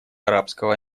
арабского